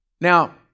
Now